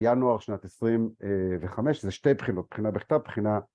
ינואר שנת עשרים וחמש זה שתי בחינות בחינה בכתב בחינה